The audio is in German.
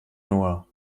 nur